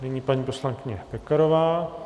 Nyní paní poslankyně Pekarová.